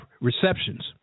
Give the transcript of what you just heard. receptions